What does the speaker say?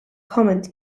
comment